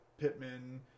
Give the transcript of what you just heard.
Pittman